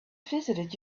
visited